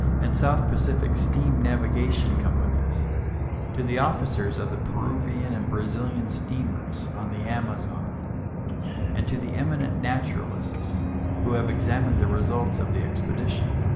and south pacific steam navigation companies to the officers of the peruvian and brazilian steamers on the amazon and to the eminent naturalists who have examined the results of the expedition.